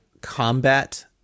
combat